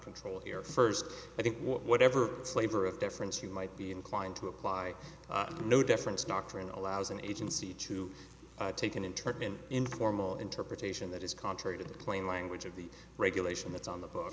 control here first i think whatever flavor of difference you might be inclined to apply no difference doctrine allows an agency to take an internment informal interpretation that is contrary to the plain language of the regulation that's on the book